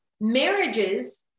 Marriages